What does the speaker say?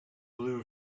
blue